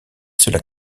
seule